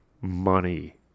money